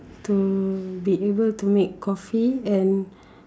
to be able to make coffee and